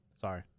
Sorry